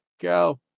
Go